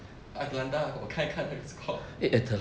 atlanta 他给我看一看